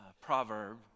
proverb